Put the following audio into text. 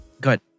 Good